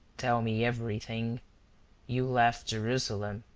tell me everything you left jerusalem.